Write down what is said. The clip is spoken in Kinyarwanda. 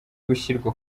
gushyirwa